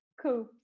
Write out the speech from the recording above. Cool